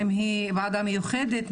האם היא וועדה מיוחדת,